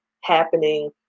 happening